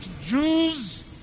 Jews